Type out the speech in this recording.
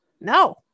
No